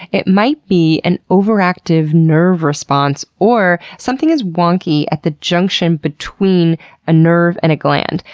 it might be an overactive nerve response, or something is wonky at the junction between a nerve and a gland.